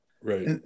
Right